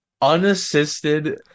unassisted